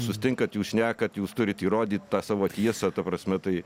susitinkat jūs šnekat jūs turit įrodyt tą savo tiesą ta prasme tai